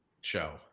show